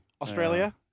Australia